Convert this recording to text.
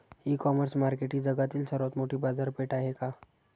इ commerce market ही जगातील सर्वात मोठी बाजारपेठ आहे का?